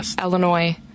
Illinois